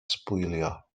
sbwylio